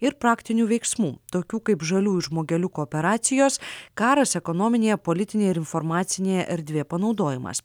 ir praktinių veiksmų tokių kaip žaliųjų žmogeliukų operacijos karas ekonominėje politinėje ir informacinėje erdvėje panaudojimas